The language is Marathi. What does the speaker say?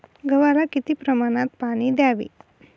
गव्हाला किती प्रमाणात पाणी द्यावे?